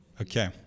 Okay